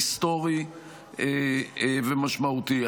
היסטורי ומשמעותי.